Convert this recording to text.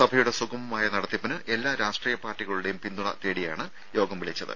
സഭയുടെ സുഗമമായ നടത്തിപ്പിന് എല്ലാ രാഷ്ട്രീയ പാർട്ടികളുടെയും പിന്തുണ തേടിയാണ് യോഗം വിളിച്ചത്